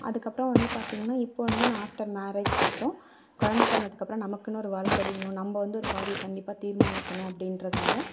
அதுக்கப்புறம் வந்து பார்த்தீங்கன்னா இப்போ வந்து நான் ஆஃப்டர் மேரேஜுக்கு அப்புறம் கொழந்தை பிறந்ததுக்கப்றம் நமக்குன்னு ஒரு வாழ்க்கை வேணும் நம்ம வந்து ஒரு பாதையை நம்ம கண்டிப்பாக தீர்மானிக்கணும் அப்படின்றதுனால